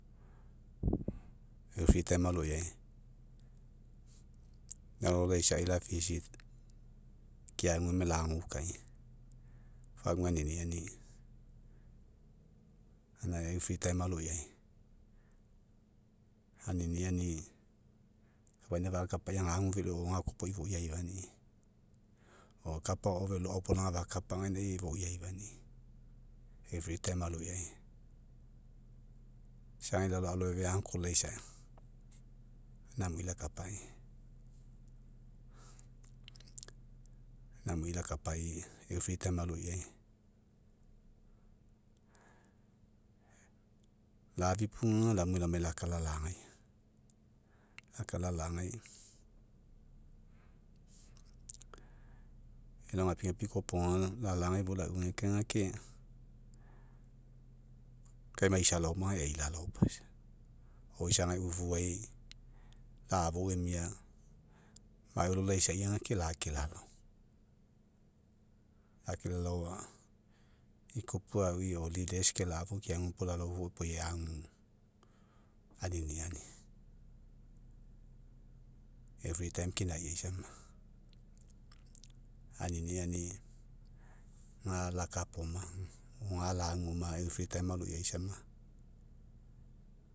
Eu aloiai, lalao laisai, la keague ma lagoukai, fou agu aniniani, ga eu oloiai. Aniniani, kapaina fakapai, agu velo gakoa opoi foui aifani'i. O kapa agao velo aopo laga fakapa, gainai foui aifani'i. Eu aloiai. Isagai lalao aloaivea laisa. Gaina amui lakapai. Gaina amui lakapai eu ia. Lafipugu ga lamue, lamai laka lalagai, laka lalagai. Elao gapigapi koaopoga, lalagai, lauegekae gake, kai maisa laoma ei lalao, o isagai ufuai, la'afou emia, mau elao, laisa ga, lake lalao. Lake lalao ikupu aui, o ke la'afou keagu puo lalao fou epoai agu aniniani. Eu kinai sama, aniniani ga lakapaoma, o laguaoma, o laguaoma, eu aloiai sama.